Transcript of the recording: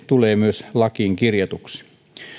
tulee myös lakiin kirjatuksi